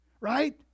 right